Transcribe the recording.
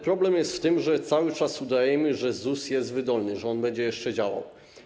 Problem jest w tym, że cały czas udajemy, że ZUS jest wydolny, że on będzie jeszcze działał.